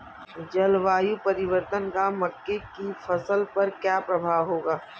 जलवायु परिवर्तन का मक्के की फसल पर क्या प्रभाव होगा?